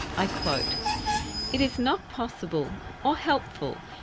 i quote it is not possible, or helpful,